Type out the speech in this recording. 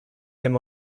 him